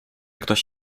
ktoś